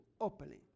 openly